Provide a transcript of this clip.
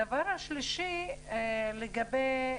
הדבר השלישי, לגבי